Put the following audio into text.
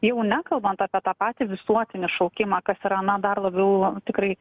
jau nekalbant apie tą patį visuotinį šaukimą kas yra na dar labiau tikrai